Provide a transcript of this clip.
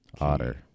Otter